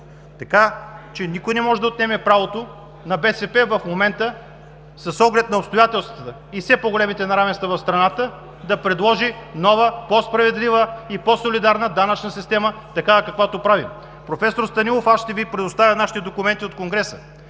дивидент. Никой не може да отнеме правото на БСП в момента, с оглед на обстоятелствата и все по-големите неравенства в страната, да предложи нова по-справедлива и по-солидарна данъчна система – такава, каквато правим. Професор Станилов, ще Ви предоставя нашите документи от Конгреса,